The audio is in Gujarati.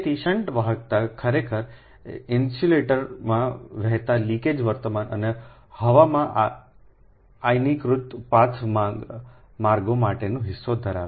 તેથી શન્ટ વાહકતા ખરેખર ઇન્સ્યુલેટરમાં વહેતા લિકેજ વર્તમાન અને હવામાં આયનીકૃત પાથ માર્ગો માટેનો હિસ્સો ધરાવે છે